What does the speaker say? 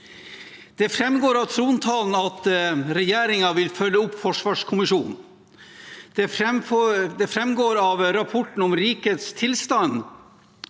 Det framgår av trontalen at regjeringen vil følge opp forsvarskommisjonen. Det framgår av rapporten om rikets tilstand